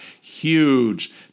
huge